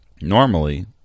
normally